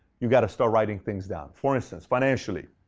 you've got to start writing things down. for instance, financially.